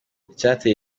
icyateye